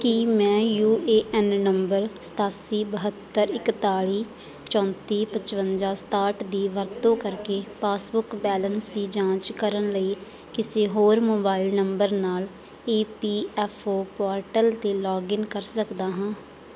ਕੀ ਮੈਂ U A N number ਸਤਾਸੀ ਬਹੱਤਰ ਇਕਤਾਲੀ ਚੌਂਤੀ ਪਚਵੰਜਾ ਸਤਾਹਠ ਦੀ ਵਰਤੋਂ ਕਰਕੇ ਪਾਸਬੁੱਕ ਬੈਲੇਂਸ ਦੀ ਜਾਂਚ ਕਰਨ ਲਈ ਕਿਸੇ ਹੋਰ ਮੋਬਾਈਲ ਨੰਬਰ ਨਾਲ E P F O portal 'ਤੇ ਲੌਗਇਨ ਕਰ ਸਕਦਾ ਹਾਂ